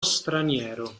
straniero